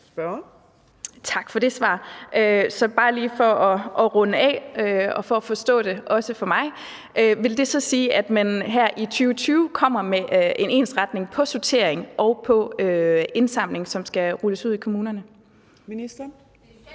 Tak for det svar. Bare lige for at runde af, og for at jeg også forstår det, vil jeg spørge, om det så vil sige, at man her i 2020 kommer med en ensretning af sortering og indsamling, som skal rulles ud i kommunerne? Kl.